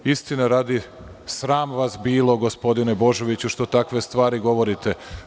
Istine radi, sram vas bilo gospodine Božoviću što takve stvari govorite.